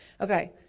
Okay